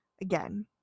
again